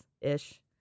ish